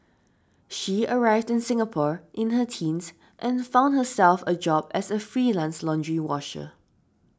she arrived in Singapore in her teens and found herself a job as a freelance laundry washer